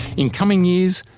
in coming years,